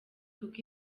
kuko